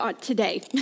today